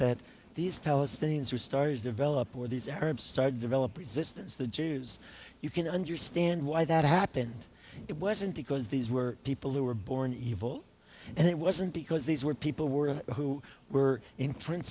that these palestinians are starting to develop where these arabs start to develop resistance the jews you can understand why that happened it wasn't because these were people who were born evil and it wasn't because these were people were who were intrin